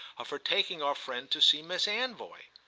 of her taking our friend to see miss anvoy.